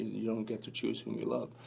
you don't get to choose whom you love.